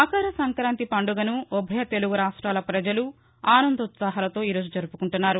మకర సంక్రాంతి పండుగను ఉభయ తెలుగు రాష్టాల ప్రజలు ఆనందోత్సాహాలతో ఈరోజు జరుపుకుంటున్నారు